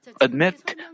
admit